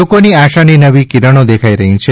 લોકોને આશાની નવી કિરણો દેખાઇ રહી છે